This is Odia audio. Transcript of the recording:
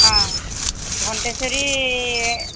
ହଁ ଘଣ୍ଟେଶ୍ୱରୀ